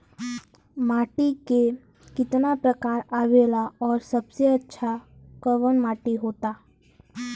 माटी के कितना प्रकार आवेला और सबसे अच्छा कवन माटी होता?